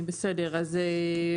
בסדר.